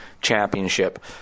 championship